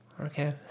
okay